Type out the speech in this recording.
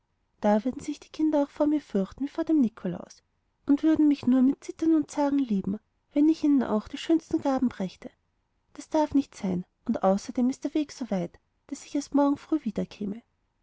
da würden sich die kinder auch vor mir fürchten wie vor dem nikolaus und würden mich nur noch mit zittern und zagen lieben wenn ich ihnen auch die schönsten gaben brächte das darf nicht sein und außerdem ist der weg so weit daß ich erst morgen früh